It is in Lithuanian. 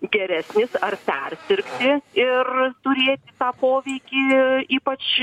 geresnis ar persirgti ir turėti tą poveikį ypač